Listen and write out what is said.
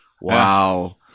Wow